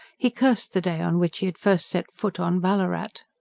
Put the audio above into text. he cursed the day on which he had first set foot on ballarat.